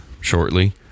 shortly